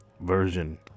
version